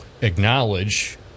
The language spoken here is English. acknowledge